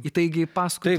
įtaigiai pasakoti